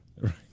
Right